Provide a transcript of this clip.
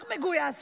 אח מגויס,